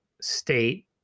state